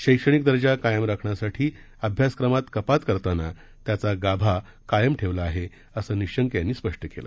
शैक्षणिक दर्जा कायम राखण्यासाठी अभ्यासक्रमात कपात करताना त्याचा गाभा कायम ठेवण्यात आला आहे असं निशंक यांनी स्पष्ट केलं